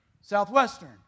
Southwestern